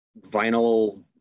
vinyl